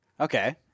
Okay